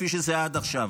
כפי שהיה עד עכשיו.